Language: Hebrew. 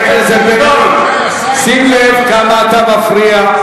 חבר הכנסת בן-ארי, שים לב כמה אתה מפריע.